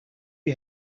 you